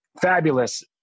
fabulous